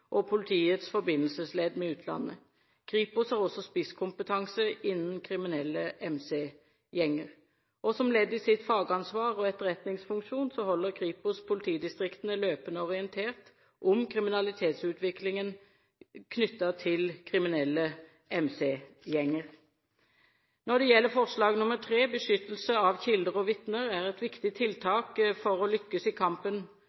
og politiets forbindelsesledd med utlandet. Kripos har også spisskompetanse innen kriminelle MC-gjenger. Og som ledd i sitt fagansvar og sin etterretningsfunksjon holder Kripos politidistriktene løpende orientert om kriminalitetsutviklingen knyttet til kriminelle MC-gjenger. Når det gjelder III i forslaget, om beskyttelse av kilder og vitner, er det et viktig tiltak for å lykkes i kampen